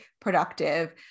productive